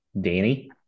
Danny